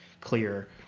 clear